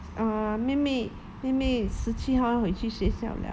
uh 妹妹妹妹十七号要回去学校了